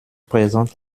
présente